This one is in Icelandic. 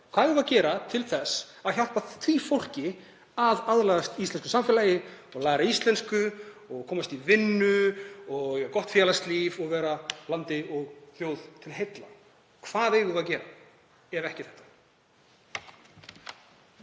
við að gera til þess að hjálpa því fólki að aðlagast íslensku samfélagi, læra íslensku og komast í vinnu og eiga gott félagslíf og vera landi og þjóð til heilla? Hvað eigum við að gera ef ekki þetta?